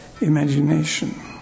imagination